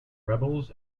rebels